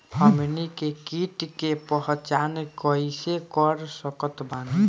हमनी के कीट के पहचान कइसे कर सकत बानी?